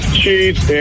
cheese